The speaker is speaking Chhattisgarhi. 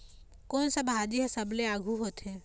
कोन सा भाजी हा सबले आघु होथे?